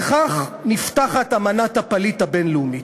וכך נפתחת אמנת הפליט הבין-לאומית: